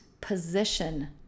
position